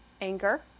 anger